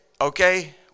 okay